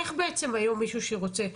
איך בעצם היום מישהו שרוצה,